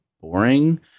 boring